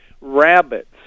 Rabbits